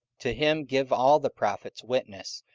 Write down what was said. to him give all the prophets witness,